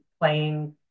playing